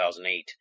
2008